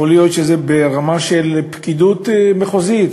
יכול להיות שזה ברמה של הפקידות המחוזית,